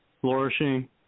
flourishing